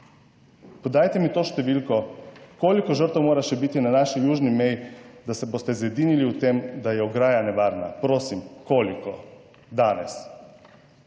Podajte mi to številko, koliko žrtev mora še biti na naši južni meji, da se boste zedinili v tem, da je ograja nevarna? Prosim, koliko? Danes.